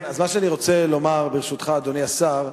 מה שאני רוצה לומר, ברשותך, אדוני השר,